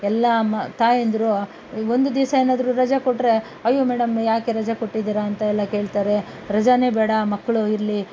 ಎಲ್ಲ ಮ ತಾಯಂದಿರು ಈ ಒಂದು ದಿವಸ ಏನಾದರೂ ರಜೆ ಕೊಟ್ಟರೆ ಅಯ್ಯೋ ಮೇಡಂ ಏಕೆ ರಜೆ ಕೊಟ್ಟಿದ್ದೀರ ಅಂತ ಎಲ್ಲ ಕೇಳ್ತಾರೆ ರಜಾನೇ ಬೇಡ ಮಕ್ಕಳು ಇರಲಿ